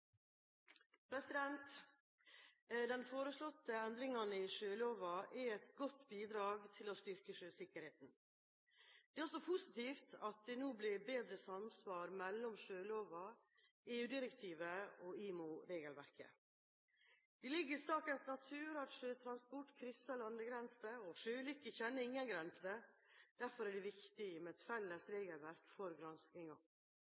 et godt bidrag til å styrke sjøsikkerheten. Det er også positivt at det nå blir bedre samsvar mellom sjøloven, EU-direktivet og IMO-regelverket. Det ligger i sakens natur at sjøtransport krysser landegrenser, og sjøulykker kjenner ingen grenser. Derfor er det viktig med et felles